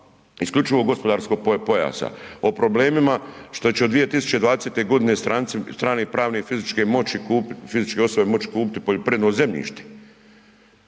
isključivog gospodarskog pojasa, o problemima što će od 2020. godine stranci, strane pravne i fizičke moći, osobe moći kupiti poljoprivredno zemljište,